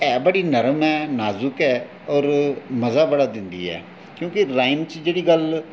पर ऐ बड़ी नरम ऐ नाज़ुक ऐ होर मज़ा बड़ी दिंदी ऐ होर राईम च जेह्ड़ी गल्ल